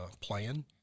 plan